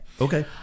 okay